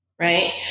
right